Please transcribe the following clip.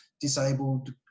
disabled